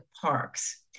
parks